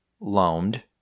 loaned